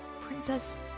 Princess